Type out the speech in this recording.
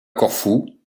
corfou